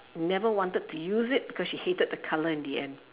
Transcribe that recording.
never wanted to use it because she hated the colour in the end